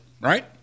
right